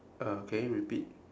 uh can you repeat